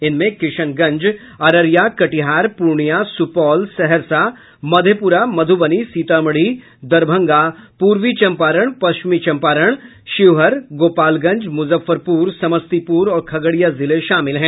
इनमें किशनगंज अररिया कटिहार पूर्णियां सुपौल सहरसा मधेपुरा मधुबनी सीतामढ़ी दरभंगा पूर्वी चम्पारण पश्चिम चम्पारण शिवहर गोपालगंज मुजफ्फरपुर समस्तीपुर और खगड़िया जिले शामिल हैं